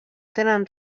tenen